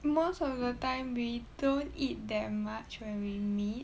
most of the time we don't eat that much when we meet